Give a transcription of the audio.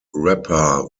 rapper